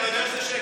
איזה שקר.